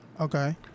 Okay